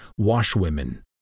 washwomen